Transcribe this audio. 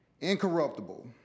incorruptible